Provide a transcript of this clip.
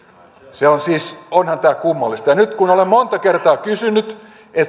siis onhan tämä kummallista ja nyt kun olen monta kertaa kysynyt